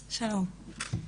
שלום.